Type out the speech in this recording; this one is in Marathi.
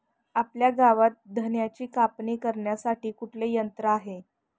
आपल्या गावात धन्याची कापणी करण्यासाठी कुठले यंत्र आहे?